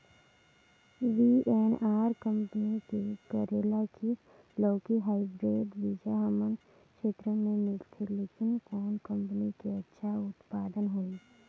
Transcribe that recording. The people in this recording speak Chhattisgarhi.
वी.एन.आर कंपनी के करेला की लौकी हाईब्रिड बीजा हमर क्षेत्र मे मिलथे, लेकिन कौन कंपनी के अच्छा उत्पादन होही?